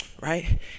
right